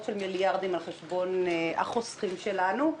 של מיליארדים על חשבון החוסכים שלנו.